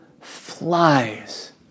flies